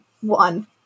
one